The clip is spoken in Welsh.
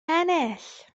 ennill